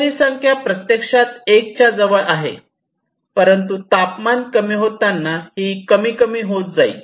तर ही संख्या प्रत्यक्षात 1 च्या जवळ आहे परंतु तापमान कमी होताना ही कमी आणि कमी होईल